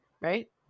right